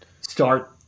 start